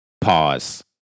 pause